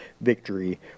victory